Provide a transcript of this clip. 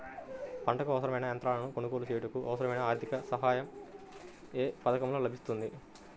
పంటకు అవసరమైన యంత్రాలను కొనగోలు చేయుటకు, అవసరమైన ఆర్థిక సాయం యే పథకంలో లభిస్తుంది?